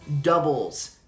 doubles